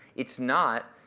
it's not,